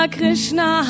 Krishna